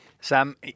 Sam